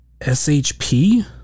shp